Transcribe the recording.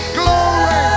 glory